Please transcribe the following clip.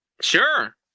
Sure